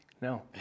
No